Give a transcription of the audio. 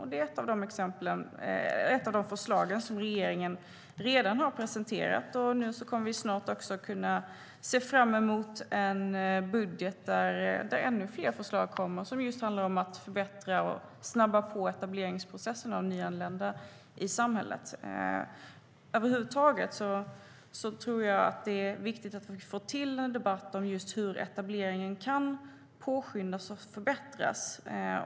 Det är ett av de förslag regeringen redan har presenterat, och nu kommer vi snart att kunna se fram emot en budget där ännu fler förslag kommer. De handlar om att förbättra och snabba på etableringsprocessen när det gäller nyanlända i samhället. Över huvud taget tror jag att det är viktigt att vi får till en debatt just om hur etableringen kan påskyndas och förbättras.